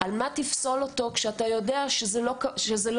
על מה תפסול אותו כשאתה יודע שזה לא הקבלן,